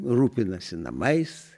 rūpinasi namais